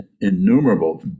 innumerable